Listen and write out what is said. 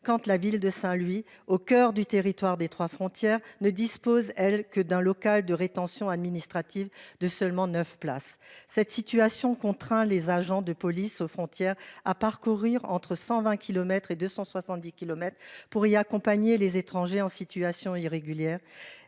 Kant, la ville de Saint-, lui, au coeur du territoire des 3 frontières ne disposent-elles que d'un local de rétention administrative de seulement 9 places. Cette situation contraint les agents de police aux frontières à parcourir entre 120 kilomètres et 270 kilomètres pour y accompagner les étrangers en situation irrégulière,